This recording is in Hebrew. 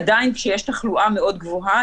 עדיין כשיש תחלואה מאוד גבוהה,